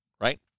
Right